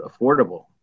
affordable